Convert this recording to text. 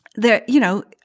there. you know,